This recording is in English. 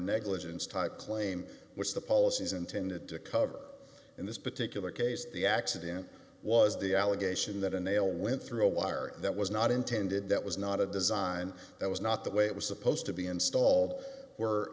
negligence type claim which the policy is intended to cover in this particular case the accident was the allegation that a nail went through a wire that was not intended that was not a design that was not the way it was supposed to be installed were